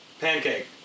Pancake